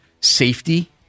safety